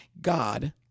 God